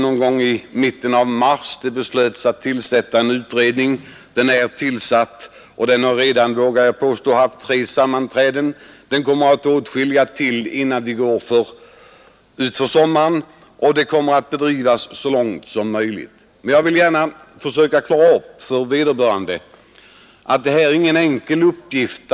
Någon gång i mitten av mars beslöts att tillsätta en utredning. Den har tillsatts, och den har redan hållit tre sammanträden. Den kommer att hålla åtskilliga sammanträden till före sommaren, och arbetet kommer att bedrivas så snabbt som möjligt. Jag vill emellertid gärna försöka förklara att detta inte är någon enkel uppgift.